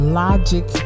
logic